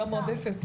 עבודה מועדפת.